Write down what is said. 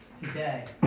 today